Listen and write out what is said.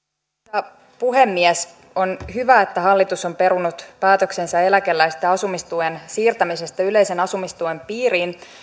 arvoisa puhemies on hyvä että hallitus on perunut päätöksensä eläkeläisten asumistuen siirtämisestä yleisen asumistuen piiriin